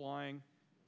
flying